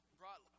brought